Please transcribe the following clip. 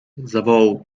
zawołał